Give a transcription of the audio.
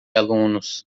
alunos